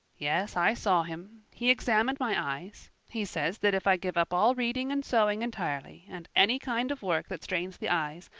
yes, i saw him. he examined my eyes. he says that if i give up all reading and sewing entirely and any kind of work that strains the eyes,